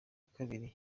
kabiri